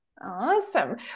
Awesome